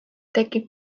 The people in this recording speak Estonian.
tekib